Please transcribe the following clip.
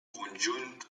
conjunt